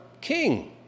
king